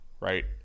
right